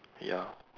ya